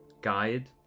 guide